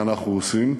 ואנחנו עושים,